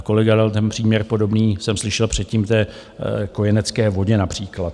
Kolega dal ten příměr podobný, jsem slyšel předtím, k té kojenecké vodě například.